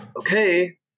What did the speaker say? okay